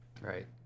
Right